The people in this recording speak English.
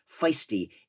feisty